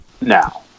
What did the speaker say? now